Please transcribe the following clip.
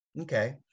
Okay